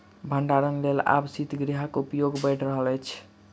भंडारणक लेल आब शीतगृहक उपयोग बढ़ि रहल अछि